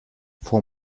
for